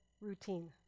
routine